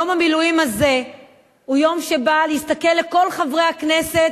יום המילואים הזה הוא יום שבא להסתכל לכל חברי הכנסת